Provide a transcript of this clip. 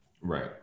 Right